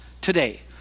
today